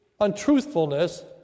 untruthfulness